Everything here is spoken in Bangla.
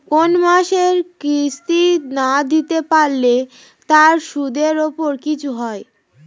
কোন মাসের কিস্তি না দিতে পারলে তার সুদের উপর কিছু হয়?